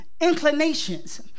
inclinations